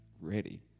ready